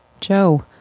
Joe